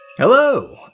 Hello